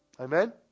Amen